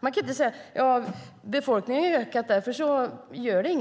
Man kan inte säga: Befolkningen har ökat, och därför gör det här ingenting.